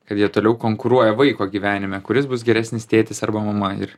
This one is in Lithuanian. kad jie toliau konkuruoja vaiko gyvenime kuris bus geresnis tėtis arba mama ir